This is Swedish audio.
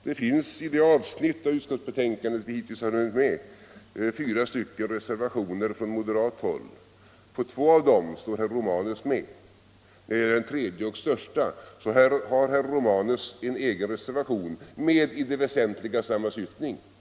Det finns i det avsnitt av utskottsbetänkandet som vi hittills har hunnit med fyra reservationer från moderat håll. På två av dem står herr Romanus med, men på det avsnitt som berörs i den tredje och största reservationen - om vårdnadsbidrag — har herr Romanus en egen reservation med i det väsentliga samma syftning.